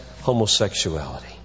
homosexuality